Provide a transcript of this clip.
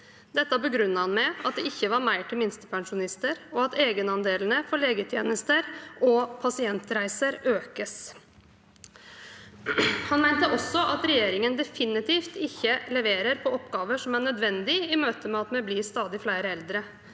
Dette begrunnet han med at det ikke var mer til minstepensjonister, og at egenandelene for legetjenester og pasientreiser økes. Han mente også at regjeringen definitivt ikke leverer på oppgaver som er nødvendige i møte med at vi blir stadig flere eldre,